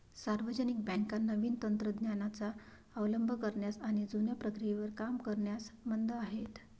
सार्वजनिक बँका नवीन तंत्र ज्ञानाचा अवलंब करण्यास आणि जुन्या प्रक्रियेवर काम करण्यास मंद आहेत